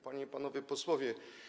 Panie i Panowie Posłowie!